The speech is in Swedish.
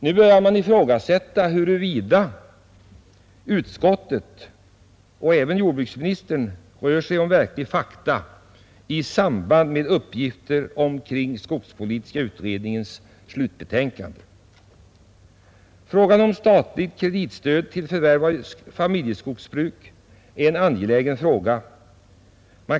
Nu börjar man ifrågasätta huruvida utskottet och även jordbruksministern rör sig med verkliga fakta i samband med uppgifter omkring skogspolitiska utredningens slutbetänkande. Statligt kreditstöd till förvärv av familjeskogsbruk är ett angeläget problem.